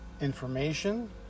information